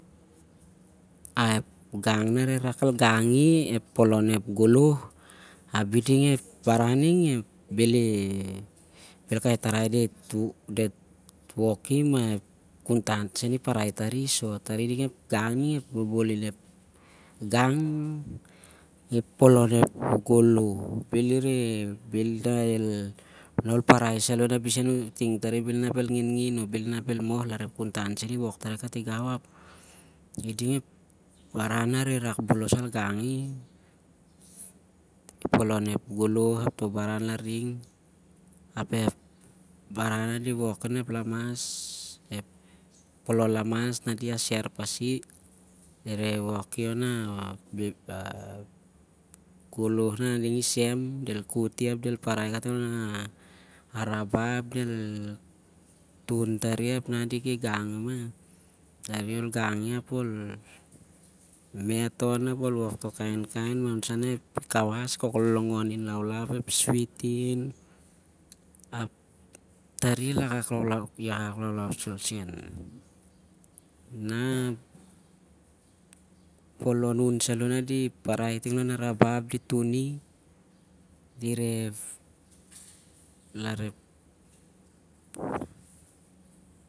Ep gang nah areh rak al gangi ep polon ep goloh, bhel kai tarai dit woki mah ep kuntan seni toli. Api ding ep gang ep momolin ep gang, ep polon ep goloh. Na ol parai o ol ting tarai bhel inap khon ngin ngin larep ep kuntan sen i- akes tari kati gau. Iding ep baran nah areh rak bobolos al gangi ep polon ep goloh ap toh baran larning ap ep baran na di woki onep polon lamas na di aser pasi ep goloh na ah ding isem, del koti ap del parai kating on- ah rabah ap del tun tari ap